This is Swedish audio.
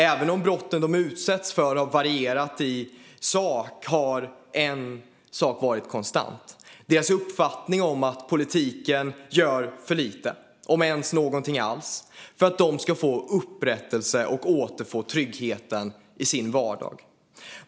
Även om brotten ungdomarna har utsatts för har varierat i sak har en fråga varit konstant, nämligen deras uppfattning om att politiken gör för lite, om ens något alls, för att de ska få upprättelse och återfå tryggheten i sin vardag.